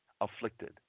afflicted